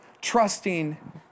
trusting